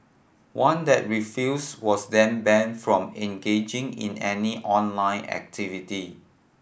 one that refused was then ban from engaging in any online activity